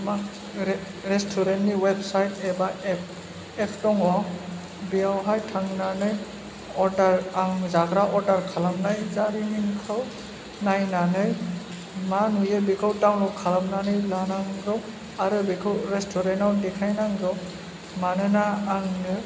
मा रेस्थुरेन्ट नि वेबसाइथ एबा एपस दङ बेयावहाय थांनानै अर्दार आं जाग्रा अर्दार खालामनाय जारिमिनखौ नायनानै मा नुयो बेखौ डाउनलद खालामनानै लानांगौ आरो बिखौ रेस्थुरेन्ट आव देखायनांगौ मानोना आंनो